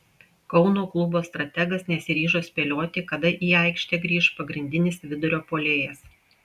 kauno klubo strategas nesiryžo spėlioti kada į aikštę grįš pagrindinis vidurio puolėjas